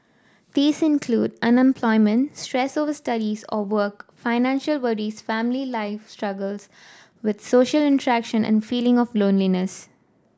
these include unemployment stress over studies or work financial worries family life struggles with social interaction and feeling of loneliness